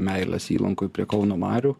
meilės įlankoj prie kauno marių